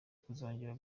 kuzongera